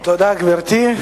תודה, גברתי.